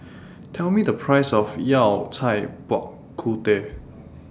Tell Me The Price of Yao Cai Bak Kut Teh